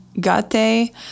Gate